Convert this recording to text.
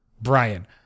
Brian